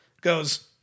goes